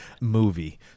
movie